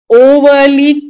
overly